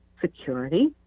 security